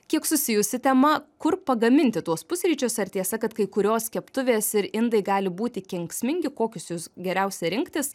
kiek susijusi tema kur pagaminti tuos pusryčius ar tiesa kad kai kurios keptuvės ir indai gali būti kenksmingi kokius jus geriausia rinktis